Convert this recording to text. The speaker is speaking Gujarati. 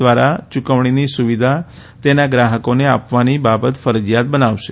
દ્વારા ચુકવણીની સુવિધા તેમના ગ્રાહકોને આપવાની બાબત ફરજીયાત બનાવાશે